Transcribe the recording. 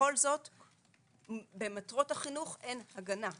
ובכל זאת במטרות החינוך אין הגנה.